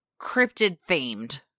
cryptid-themed